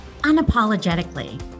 unapologetically